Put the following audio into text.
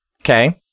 Okay